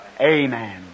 Amen